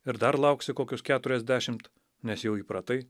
ir dar lauksi kokius keturiasdešimt nes jau įpratai